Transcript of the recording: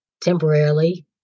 temporarily